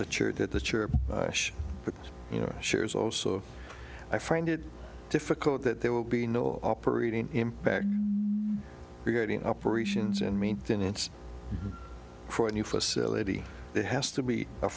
that the church you know shares also i find it difficult that there will be no operating impact regarding operations and maintenance for a new facility that has to be a